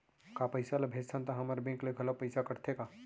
का पइसा ला भेजथन त हमर बैंक ले घलो पइसा कटथे का?